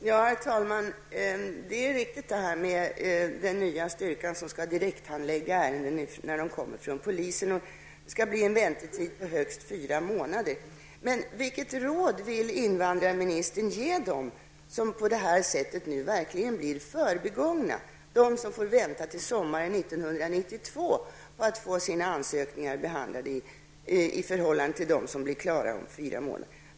Herr talman! Det är riktigt att det finns en ny styrka som skall direkthandlägga ärenden när de kommer från polisen. Det skall bli en väntetid på högst fyra månader. Men vilket råd vill invandrarministern ge dem som på det sättet nu verkligen blir förbigångna, dem som nu får vänta till sommaren 1992 på att få sina ansökningar behandlade medan de nya ansökningarna blir klara på fyra månader?